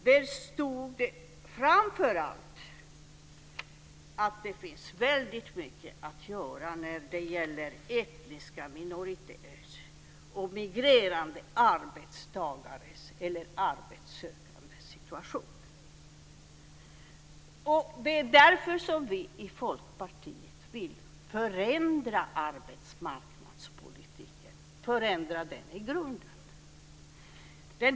Där stod framför allt att det finns väldigt mycket att göra när det gäller etniska minoriteter och migrerande arbetstagares eller arbetssökandes situation. Det är därför som vi i Folkpartiet vill förändra arbetsmarknadspolitiken i grunden.